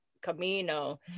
Camino